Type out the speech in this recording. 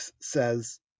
says